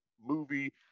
movie